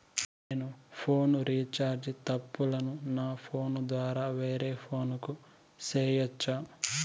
నేను phone recharge తప్పులను నా ఫోను ద్వారా వేరే ఫోను కు సేయొచ్చా?